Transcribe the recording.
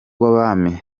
w’abami